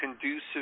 conducive